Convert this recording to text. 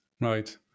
Right